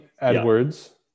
Edwards